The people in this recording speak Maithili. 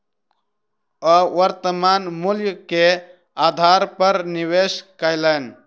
ओ वर्त्तमान मूल्य के आधार पर निवेश कयलैन